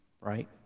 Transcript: right